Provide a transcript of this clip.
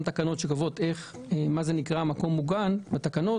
תקנות שקובעות מה זה נקרא מקום מוגן בתקנות.